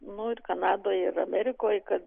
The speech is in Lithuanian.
nu ir kanadoj ir amerikoj kad